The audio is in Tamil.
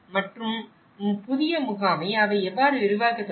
மற்றும் புதிய முகாமை அவை எவ்வாறு விரிவாக்கத் தொடங்கின